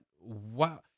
wow